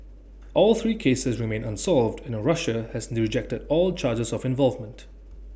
all three cases remain unsolved and Russia has rejected all charges of involvement